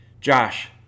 Josh